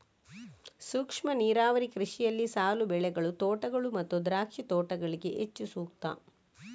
ಸೂಕ್ಷ್ಮ ನೀರಾವರಿ ಕೃಷಿಯಲ್ಲಿ ಸಾಲು ಬೆಳೆಗಳು, ತೋಟಗಳು ಮತ್ತು ದ್ರಾಕ್ಷಿ ತೋಟಗಳಿಗೆ ಹೆಚ್ಚು ಸೂಕ್ತ